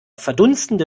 verdunstende